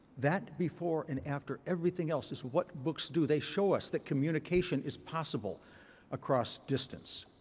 that before and after everything else is what books do. they show us that communication is possible across distance.